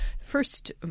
First